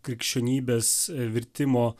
krikščionybės virtimo